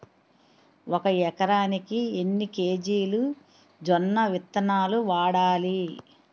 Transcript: ఒక ఎకరానికి ఎన్ని కేజీలు జొన్నవిత్తనాలు వాడాలి?